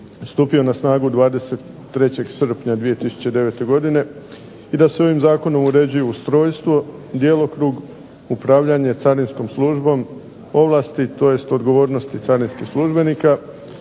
stupio na snagu 23. srpnja 2009. godine i da se ovim zakonom uređuju ustrojstvo, djelokrug, upravljanje carinskom službom, ovlasti, tj. odgovornosti carinskih službenika,